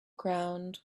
ground